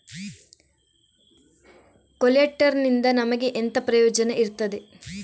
ಕೊಲ್ಯಟರ್ ನಿಂದ ನಮಗೆ ಎಂತ ಎಲ್ಲಾ ಪ್ರಯೋಜನ ಇರ್ತದೆ?